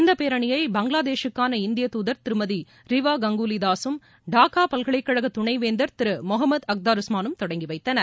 இந்த பேரணியை பங்களாதேஷூக்கான இந்தியத்துதர் திருமதி ரிவா கங்குவி தாசும் டாக்கா பல்கலைக்கழக துணைவேந்தர் திரு முகமத் அக்தருசாமனும் தொடங்கி வைத்தனர்